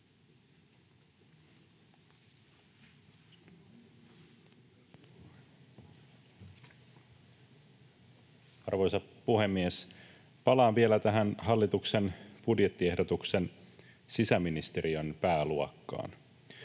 Arvoisa puhemies! Palaan vielä tähän hallituksen budjettiehdotuksen sisäministeriön pääluokkaan.